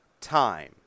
time